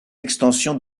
extension